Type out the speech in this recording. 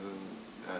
doesn't uh